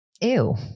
Ew